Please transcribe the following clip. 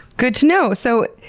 good to know! so,